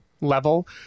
level